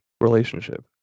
relationship